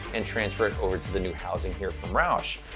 and transfer it over to the new housing here from roush.